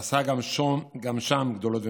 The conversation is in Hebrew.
ועשה גם שם גדולות ונצורות.